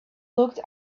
looked